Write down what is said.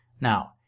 Now